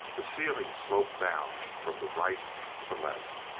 the ceiling sloped down from the right to the left.